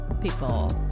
people